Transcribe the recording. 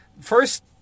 first